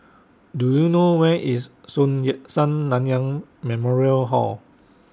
Do YOU know Where IS Sun Yat Sen Nanyang Memorial Hall